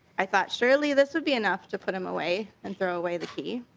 i thought surely this would be enough to put him away and throw away the key.